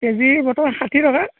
KG বৰ্তমান ষাঠি টকা